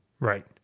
Right